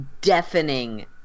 deafening